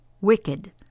wicked